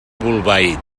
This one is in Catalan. bolbait